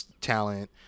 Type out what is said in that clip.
talent